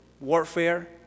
warfare